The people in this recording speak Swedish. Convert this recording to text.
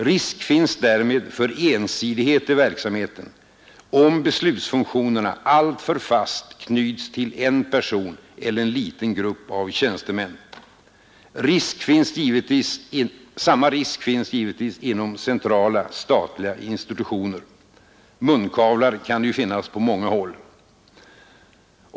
Risk finns därmed för ensidighet i verksamheten, om beslutsfunktionerna alltför fast knyts till en person eller till en liten grupp av tjänstemän. Samma risk finns givetvis inom centrala, statliga institutioner. Munkavlar kan finnas på många håll.